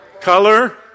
Color